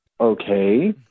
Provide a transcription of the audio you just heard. Okay